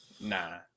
Nah